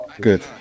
good